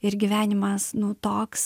ir gyvenimas nu toks